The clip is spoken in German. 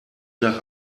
nach